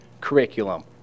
curriculum